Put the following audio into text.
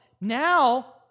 now